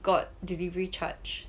got delivery charge